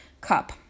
cup